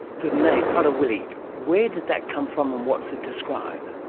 the name, prader-willi, where did that come from and what does it describe?